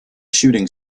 shooting